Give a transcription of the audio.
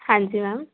ਹਾਂਜੀ ਮੈਮ